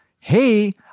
hey